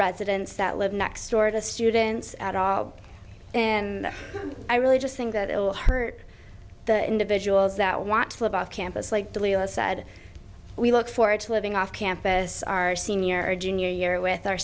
residents that live next door to students at all and i really just think that it will hurt the individuals that want to live off campus like the leo's said we look forward to living off campus our senior junior year with our